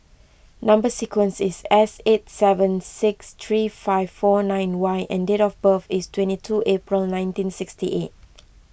Number Sequence is S eight seven six three five four nine Y and date of birth is twenty two April nineteen sixty eight